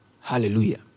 Hallelujah